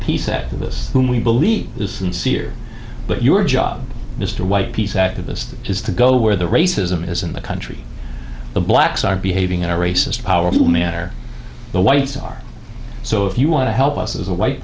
peace activists whom we believe is sincere but your job mr white peace activist has to go where the racism is in the country the blacks are behaving in a racist powerful manner the whites are so if you want to help us as a white